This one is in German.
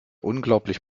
unglaublich